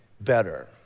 better